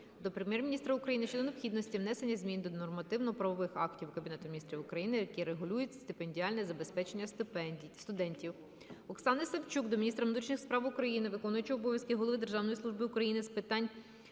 до Прем'єр-міністра України щодо необхідності внесення змін до нормативно-правових актів Кабінету Міністрів України, які регулюють стипендіальне забезпечення студентів. Оксани Савчук до міністра внутрішніх справ України, виконувача обов'язків Голови Державної служби України з питань